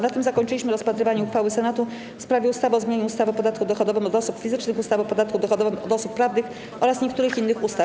Na tym zakończyliśmy rozpatrywanie uchwały Senatu w sprawie ustawy o zmianie ustawy o podatku dochodowym od osób fizycznych, ustawy o podatku dochodowym od osób prawnych oraz niektórych innych ustaw.